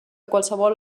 qualsevol